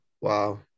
wow